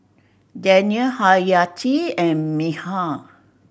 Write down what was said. Daniel Haryati and Mikhail